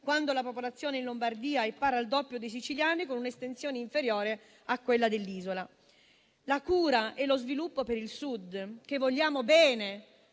quando la popolazione in Lombardia è il doppio di quella siciliana, con un'estensione inferiore a quella dell'isola. La cura e lo sviluppo per il Sud, cui vogliamo bene,